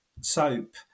soap